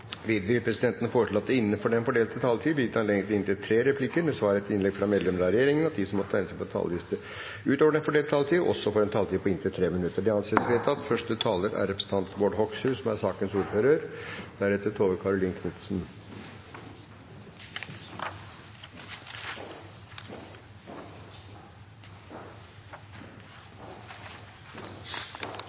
Videre vil presidenten foreslå at det – innenfor den fordelte taletid – blir gitt anledning til inntil tre replikker med svar etter innlegg fra medlemmer av regjeringen, og at de som måtte tegne seg på talerlisten utover den fordelte taletid, også får en taletid på inntil 3 minutter. – Det anses vedtatt.